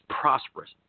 prosperous